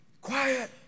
Quiet